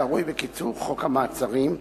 הקרוי בקיצור חוק המעצרים,